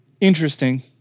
interesting